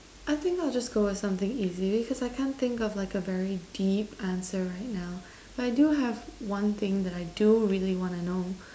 I think I'll just go with something easy because I can't think of like a very deep answer right now I do have one thing that I do really want to know